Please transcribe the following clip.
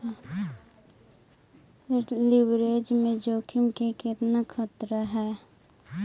Leverage में जोखिम के केतना खतरा हइ?